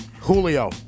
Julio